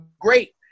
great